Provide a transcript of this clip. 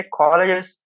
colleges